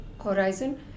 horizon